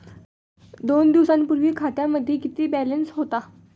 दोन दिवसांपूर्वी खात्यामध्ये किती बॅलन्स होता?